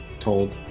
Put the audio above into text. told